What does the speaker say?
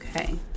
Okay